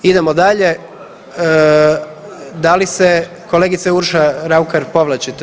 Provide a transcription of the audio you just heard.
Idemo dalje, da li se kolegice Urša Raukar povlačite?